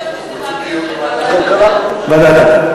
אני חושבת שצריך להעביר לוועדת הכלכלה.